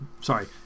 sorry